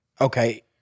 Okay